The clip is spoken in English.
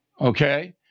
okay